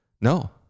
No